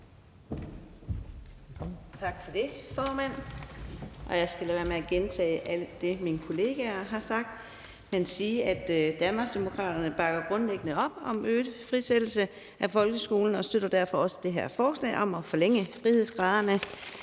Tak for det, formand. Jeg skal lade være med at gentage alt det, min kollegaer har sagt, men sige, at Danmarksdemokraterne grundlæggende bakker op om øget frisættelse af folkeskolen og derfor også støtter det her forslag om at forlænge frihedsgraderne,